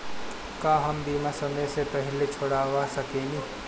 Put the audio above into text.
का हम बीमा समय से पहले छोड़वा सकेनी?